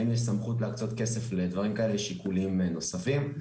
האם יש סמכות להקצות כסף לדברים כאלה ושיקולים נוספים,